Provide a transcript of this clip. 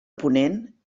ponent